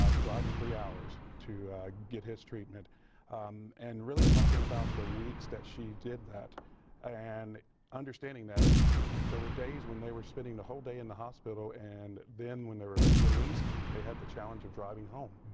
ah driving three hours to get his treatment and really talking about the weeks that she did that and understanding that there were days when they were spending the whole day in the hospital and then when they were released, they had the challenge of driving home.